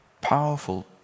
Powerful